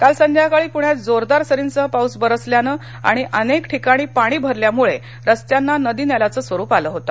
काल संध्याकाळी पूण्यात जोरदार सरींसह पाऊस बरसल्याने आणि अनेक ठिकाणी पाणी भरल्याने रस्त्यांना नदी नाल्याच स्वरूप आलं होत